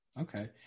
Okay